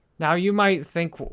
now, you might think,